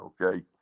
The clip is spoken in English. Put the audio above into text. okay